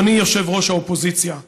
אדוני יושב-ראש האופוזיציה,